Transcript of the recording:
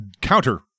counter